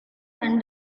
and